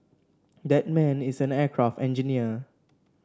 that man is an aircraft engineer